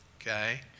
okay